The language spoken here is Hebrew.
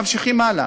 ממשיכים הלאה.